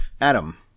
Adam